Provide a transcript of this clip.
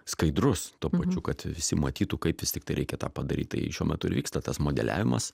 skaidrus tuo pačiu kad visi matytų kaip vis tiktai reikia tą padaryt tai šiuo metu ir vyksta tas modeliavimas